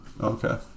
okay